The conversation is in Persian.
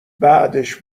بعدش